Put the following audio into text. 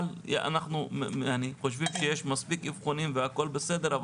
כי אנחנו חושבים שיש מספיק אבחונים והכול בסדר?